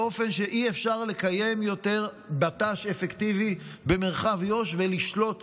באופן שאי-אפשר לקיים יותר בט"ש אפקטיבי במרחב יו"ש ולשלוט